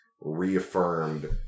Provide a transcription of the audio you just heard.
reaffirmed